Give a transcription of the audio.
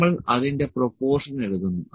നമ്മൾ അതിന്റെ പ്രൊപോർഷൻ എടുക്കുന്നു